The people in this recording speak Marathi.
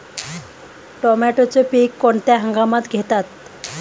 टोमॅटोचे पीक कोणत्या हंगामात घेतात?